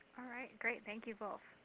all right. great. thank you both.